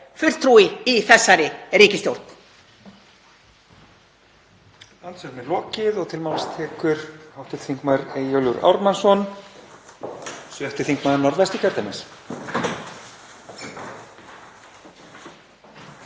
fulltrúi í þessari ríkisstjórn.